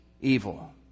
evil